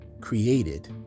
created